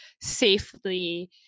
safely